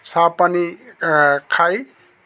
চাহ পানী খায়